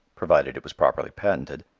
provided it was properly patented,